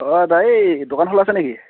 অঁ দাদা এই দোকান খোলা আছে নেকি